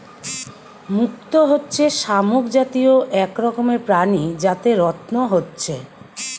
মুক্ত হচ্ছে শামুক জাতীয় এক রকমের প্রাণী যাতে রত্ন হচ্ছে